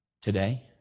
today